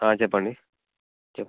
చెప్పండి చెప్